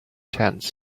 tents